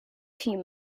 few